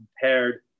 compared